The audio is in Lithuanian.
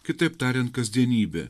kitaip tariant kasdienybė